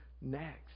next